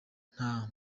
nta